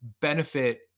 benefit